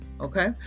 Okay